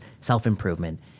self-improvement